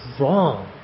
wrong